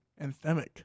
anthemic